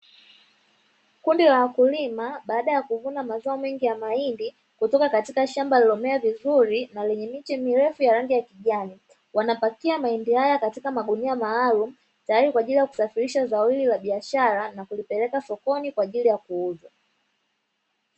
Kuundi la wakulima baada ya kuvuna mazao ya mahindi kutoka kauyika shamba lililomea vizuri enye miche mirefu ya rangi ya kijani, wanapakia mahindi haya katika magunia maalumu tayari kwajili ya kusafirisha zao hili la biashara na kulipeleka sokoni kwajili ya kuuzwa.